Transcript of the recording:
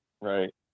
Right